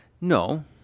No